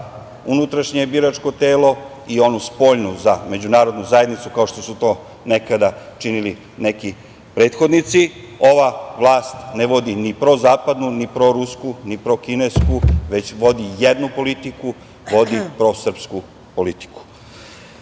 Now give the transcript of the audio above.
unutrašnje biračko telo i onu spoljnu, za međunarodnu zajednicu, kao što su to nekada činili neki prethodnici. Ova vlast ne vodi ni prozapadnu ni prorusku, ni prokinesku, već vodi jednu politiku, vodi prosrpsku politiku. Imamo